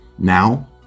now